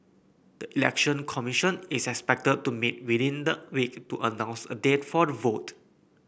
the Election Commission is expected to meet within the week to announce a date for the vote